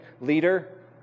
leader